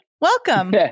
welcome